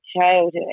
childhood